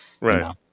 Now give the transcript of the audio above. right